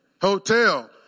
hotel